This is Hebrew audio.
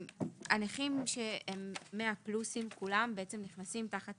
הנכים שהם 100 פלוסים, כולם, נכנסים תחת